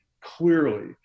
clearly